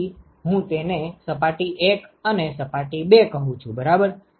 તેથી હું તેને સપાટી 1 અને સપાટી 2 કહું છું બરાબર